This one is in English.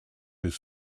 his